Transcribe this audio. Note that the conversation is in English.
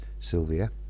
Sylvia